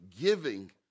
giving